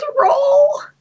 roll